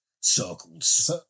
circles